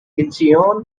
incheon